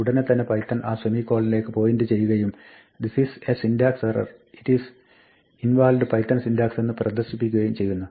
ഉടനെ തന്നെ പൈത്തൺ ആ സെമികോളനിലേക്ക് പോയിന്റ് ചെയ്യുകയും "this is a syntax error it is invalid python syntax" എന്ന് പ്രദർശിപ്പിക്കുകയും ചെയ്യുന്നു